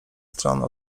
stron